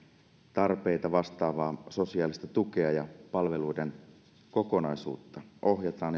tarpeita vastaavaa sosiaalista tukea ja palveluiden kokonaisuutta ohjataan